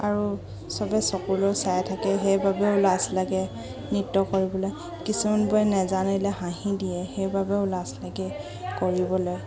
আৰু সবে চকুলেও চাই থাকে সেইবাবেও লাজ লাগে নৃত্য কৰিবলৈ কিছুমান বোৰে নাজানিলে হাঁহি দিয়ে সেইবাবেও লাজ লাগে কৰিবলৈ